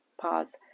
pause